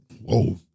Whoa